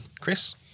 Chris